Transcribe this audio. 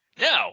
Now